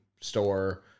Store